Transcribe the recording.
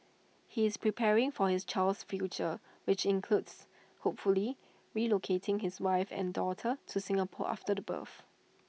he is preparing for his child's future which includes hopefully relocating his wife and daughter to Singapore after the birth